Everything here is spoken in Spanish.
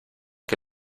que